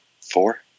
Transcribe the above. Four